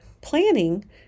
Planning